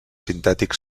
sintètic